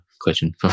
question